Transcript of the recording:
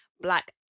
black